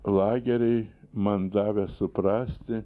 lageriai man davė suprasti